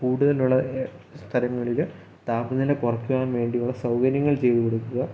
കൂടുതലുള്ള സ്ഥലങ്ങളിൽ താപനില കുറയ്ക്കാൻ വേണ്ടിയുള്ള സൗകര്യങ്ങൾ ചെയ്തു കൊടുക്കുക